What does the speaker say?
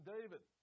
David